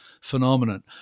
phenomenon